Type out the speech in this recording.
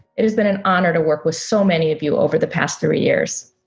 it has been an honor to work with so many of you over the past three years.